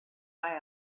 buy